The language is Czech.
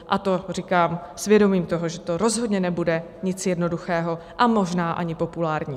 A to říkám s vědomím toho, že to rozhodně nebude nic jednoduchého a možná ani populárního.